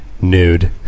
nude